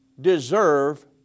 deserve